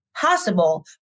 possible